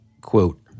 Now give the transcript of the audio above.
quote